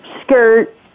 skirt